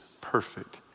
perfect